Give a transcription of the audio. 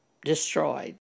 destroyed